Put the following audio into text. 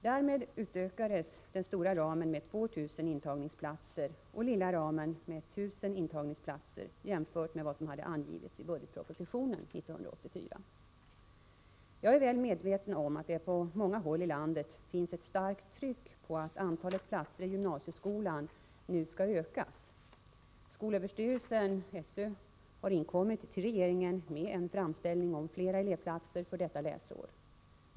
Därmed utökades den stora ramen med 2 000 intagningsplatser och den lilla ramen med 1 000 intagningsplatser jämfört med vad som hade angivits i budgetpropositionen 1984. Jag är väl medveten om att det på många håll i landet finns ett starkt tryck på att antalet platser i gymnasieskolan nu skall ökas. Skolöverstyrelsen har inkommit till regeringen med en framställning om fler elevplatser för detta läsår.